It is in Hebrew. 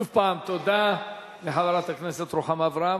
13, שוב תודה לחברת הכנסת רוחמה אברהם.